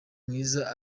mwiza